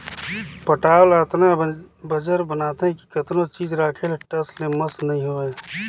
पटांव ल अतना बंजर बनाथे कि कतनो चीज राखे ले टस ले मस नइ होवय